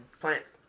plants